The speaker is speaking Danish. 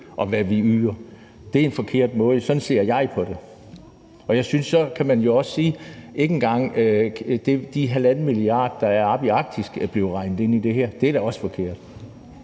og hvad vi yder, er en forkert måde – sådan ser jeg på det. Man kan jo også sige, at ikke engang den halvanden milliard, der er oppe i Arktis, er blevet regnet ind i det her, og det er da også forkert.